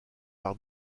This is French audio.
par